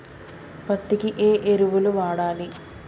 పత్తి కి ఏ ఎరువులు వాడాలి?